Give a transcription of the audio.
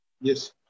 yes